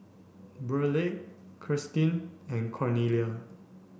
Burleigh Kirstin and Cornelia